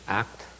act